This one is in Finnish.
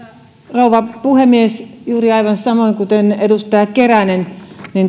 rouva puhemies juuri aivan samoin kuten edustaja keränen